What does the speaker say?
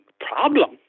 problem